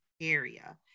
area